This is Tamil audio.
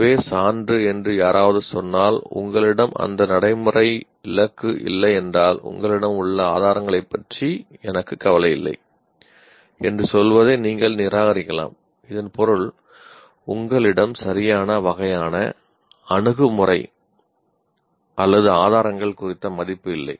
இதுவே சான்று என்று யாராவது சொன்னால் உங்களிடம் அந்த நடைமுறை இலக்கு இல்லையென்றால் உங்களிடம் உள்ள ஆதாரங்களைப் பற்றி எனக்கு கவலையில்லை என்று சொல்வதை நீங்கள் நிராகரிக்கலாம் இதன் பொருள் உங்களிடம் சரியான வகையான அணுகுமுறை அல்லது ஆதாரங்கள் குறித்த மதிப்பு இல்லை